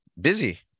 busy